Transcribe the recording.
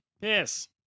Yes